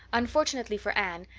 unfortunately for anne,